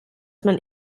man